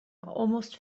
almost